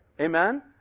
Amen